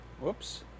Whoops